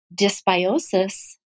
dysbiosis